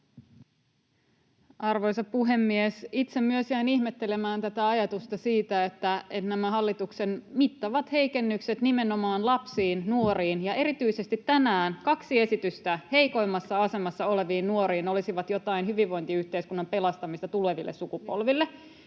Arvoisa puhemies! Myös itse jäin ihmettelemään tätä ajatusta siitä, että nämä hallituksen mittavat heikennykset nimenomaan lapsiin ja nuoriin — ja erityisesti tänään kaksi esitystä heikoimmassa asemassa oleviin nuoriin — olisivat jotain hyvinvointiyhteiskunnan pelastamista tuleville sukupolville,